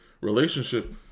relationship